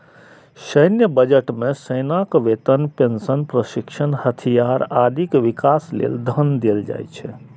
सैन्य बजट मे सेनाक वेतन, पेंशन, प्रशिक्षण, हथियार, आदिक विकास लेल धन देल जाइ छै